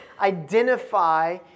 identify